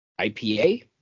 IPA